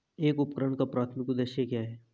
एक उपकरण का प्राथमिक उद्देश्य क्या है?